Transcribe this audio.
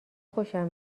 خوشم